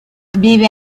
vive